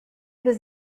was